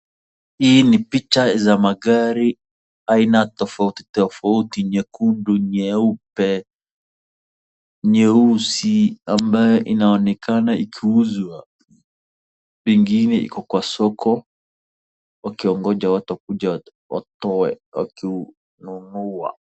Hii ni picha za magari aina tofautitofauti nyekundu, nyeupe, nyeusi ambayo inaonekana ikiuzwa. Ingine iko kwa soko wakiongoja watu wakuje watoe wakinunua.